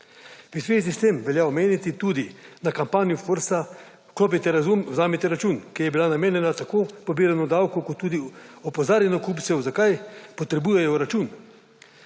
V zvezi s tem velja omeniti tudi, da kampanjo FURS-a Vklopite razum, vzemite račun, ki je bila namenjena tako pobiranju davkov kot tudi opozarjanju kupcev, zakaj potrebujejo račun.